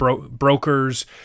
brokers